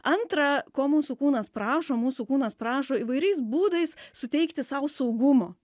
antra ko mūsų kūnas prašo mūsų kūnas prašo įvairiais būdais suteikti sau saugumo